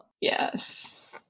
Yes